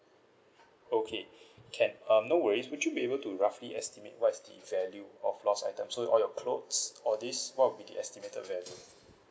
okay can um no worries would you be able to roughly estimate what is the value of lost item so all your clothes all these what will be the estimated value